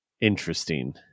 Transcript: interesting